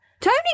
Tony